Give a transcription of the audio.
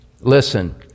Listen